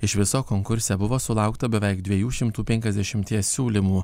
iš viso konkurse buvo sulaukta beveik dviejų šimtų penkiasdešimties siūlymų